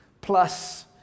plus